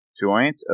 Joint